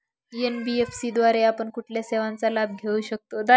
NBFC द्वारे आपण कुठल्या सेवांचा लाभ घेऊ शकतो?